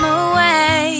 away